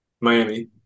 Miami